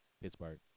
Pittsburgh